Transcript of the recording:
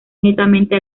netamente